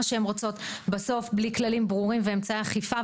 שהן רוצות בלי כללים ברורים ואמצעי אכיפה,